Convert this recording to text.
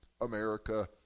America